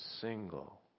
single